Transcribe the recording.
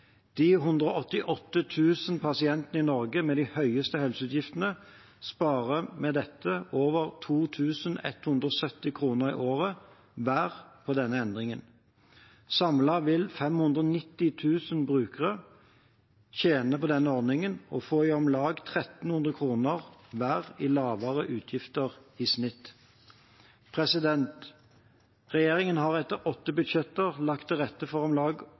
De 188 000 pasientene i Norge med de høyeste helseutgiftene sparer med dette over 2 170 kr hver i året på denne endringen. Samlet vil 590 000 brukere tjene på denne ordningen og får i snitt om lag 1 300 kroner hver i lavere utgifter. Regjeringen har etter åtte budsjetter lagt til rette for